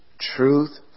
truth